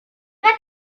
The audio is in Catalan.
gat